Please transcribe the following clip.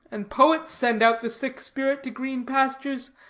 and poets send out the sick spirit to green pastures,